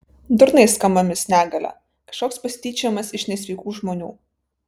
durnai skamba mis negalia kažkoks pasityčiojimas iš nesveikų žmonių